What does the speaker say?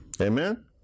amen